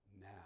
now